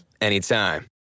anytime